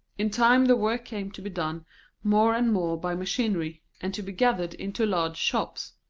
in time the work came to be done more and more by machinery, and to be gathered into large shops.